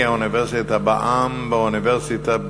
ה"אוניברסיטה בעם" באוניברסיטת בן-גוריון,